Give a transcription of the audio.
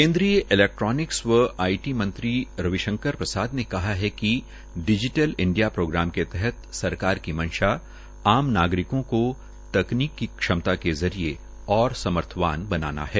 केन्द्रीय इलेक्ट्रोनिक्स व I T मंत्री रवि शंकर प्रसाद ने कहा है कि डिजीटल इंडिया प्रोग्राम के तहत सरकार की मंशा आम नागरिकों को तकनीक की क्षमता के जरिये और समर्थवान बनाना है